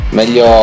meglio